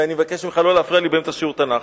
ואני מבקש ממך לא להפריע לי באמצע שיעור תנ"ך.